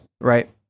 Right